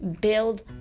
Build